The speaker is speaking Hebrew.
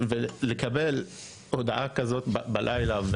אחרי הודעה כזו בלילה,